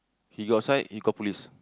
he got side he got police